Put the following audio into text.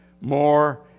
more